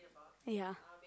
!aiya!